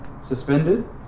suspended